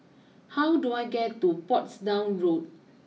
how do I get to Portsdown Road